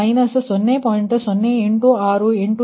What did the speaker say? ಆದ್ದರಿಂದ∆0ಯು 0